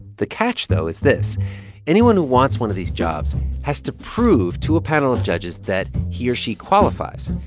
the catch, though, is this anyone who wants one of these jobs has to prove to a panel of judges that he or she qualifies.